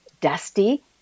Dusty